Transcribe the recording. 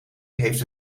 heeft